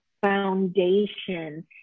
foundation